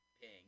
Ping